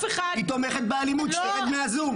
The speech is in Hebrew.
היא תומכת באלימות, שתרד מהזום.